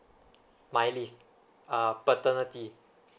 my leave uh paternity